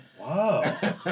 Wow